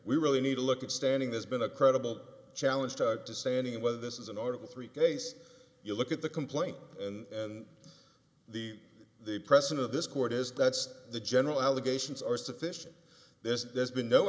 we really need to look at standing there's been a credible challenge to standing whether this is an article three case you look at the complaint and the the president of this court is that's the general allegations are sufficient this there's been no